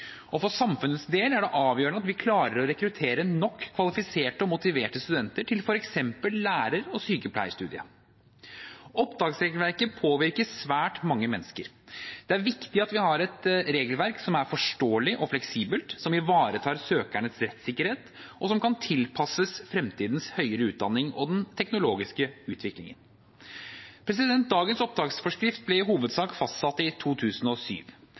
og for samfunnets del er det avgjørende at vi klarer å rekruttere nok kvalifiserte og motiverte studenter til f.eks. lærer- og sykepleierstudiet. Opptaksregelverket påvirker svært mange mennesker. Det er viktig at vi har et regelverk som er forståelig og fleksibelt, som ivaretar søkernes rettssikkerhet, og som kan tilpasses fremtidens høyere utdanning og den teknologiske utviklingen. Dagens opptaksforskrift ble i hovedsak fastsatt i 2007.